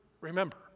Remember